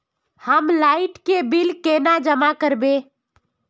हम लाइट के बिल केना जमा करबे?